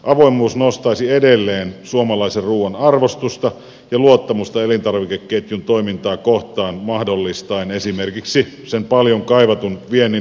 avoimuus nostaisi edelleen suomalaisen ruuan arvostusta ja luottamusta elintarvikeketjun toimintaa kohtaan mahdollistaen esimerkiksi sen paljon kaivatun viennin lisäämisen